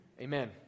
Amen